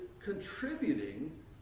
contributing